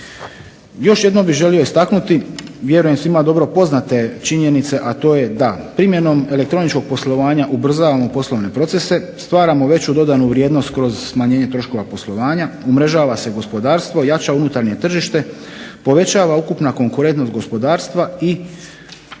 Još jednom bih želio istaknuti, vjerujem svima dobro poznate činjenice, a to je da primjenom elektroničkog poslovanja ubrzavamo poslovne procese, stvaramo veću dodanu vrijednost kroz smanjenje troškova poslovanja, umrežava se gospodarstvo, jača unutarnje tržište, povećava ukupna konkurentnost gospodarstva i